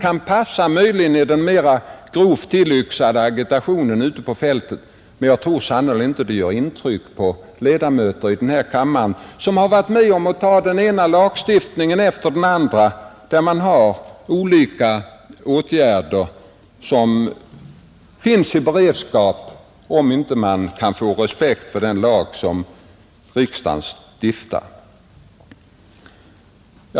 Argumentet kan möjligen passa i den grovt tillyxade agitationen ute på fältet, men jag tror inte att det gör intryck på ledamöterna här i kammaren, som beslutat om den ena lagstiftningen efter den andra där man har olika åtgärder i beredskap för att skapa respekt för den lag som riksdagen stiftar.